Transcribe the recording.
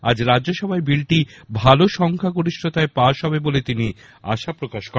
আজ রাজ্যসভায় বিলটি ভালো সংখ্যা গরিষ্ঠতায় পাশ হবে বলে তিনি আশা প্রকাশ করেন